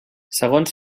segons